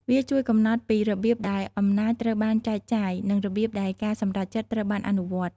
វាជួយកំណត់ពីរបៀបដែលអំណាចត្រូវបានចែកចាយ និងរបៀបដែលការសម្រេចចិត្តត្រូវបានអនុវត្ត។